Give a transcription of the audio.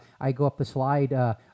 I-go-up-the-slide